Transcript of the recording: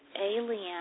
alien